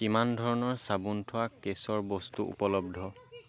কিমান ধৰণৰ চাবোন থোৱা কেছৰ বস্তু উপলব্ধ